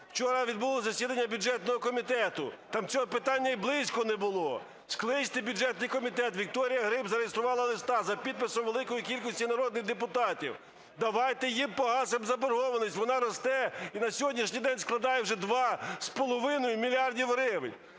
Вчора відбулося засідання бюджетного комітету, там цього питання і близько не було. Скличте бюджетний комітет, Вікторія Гриб зареєструвала листа за підписом великої кількості народних депутатів. Давайте їм погасимо заборгованість, вона росте і на сьогоднішній день складає вже 2,5 мільярда